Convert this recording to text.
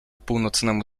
północnemu